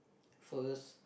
first